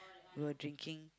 we were drinking